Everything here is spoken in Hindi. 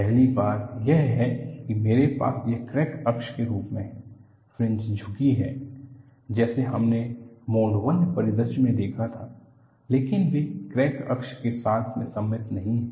पहली बात यह है कि मेरे पास यह क्रैक अक्ष के रूप में है फ्रिंज झुकी हैं जैसे हमने मोड 1 परिदृश्य में देखा था लेकिन वे क्रैक अक्ष के साथ में सममित नहीं हैं